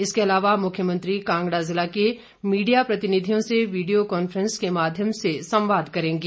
इसके अलावा मुख्यमंत्री कांगड़ा जिला के मीडिया प्रतिनिधियों से वीडियो कांफ्रेंस के माध्यम से संवाद करेंगे